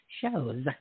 shows